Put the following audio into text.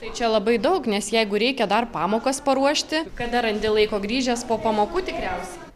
tai čia labai daug nes jeigu reikia dar pamokas paruošti kada randi laiko grįžęs po pamokų tikriausiai